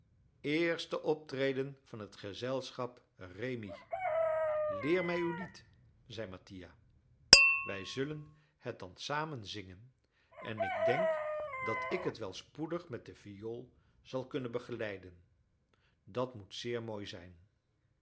eerste optreden van het gezelschap rémi leer mij uw lied zeide mattia wij zullen het dan samen zingen en ik denk dat ik het wel spoedig met de viool zal kunnen begeleiden dat moet zeer mooi zijn